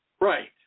Right